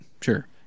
Sure